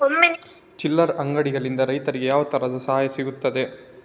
ಚಿಲ್ಲರೆ ಅಂಗಡಿಗಳಿಂದ ರೈತರಿಗೆ ಯಾವ ತರದ ಸಹಾಯ ಸಿಗ್ತದೆ?